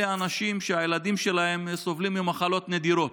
אלה אנשים שהילדים שלהם סובלים ממחלות נדירות.